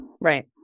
Right